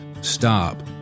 stop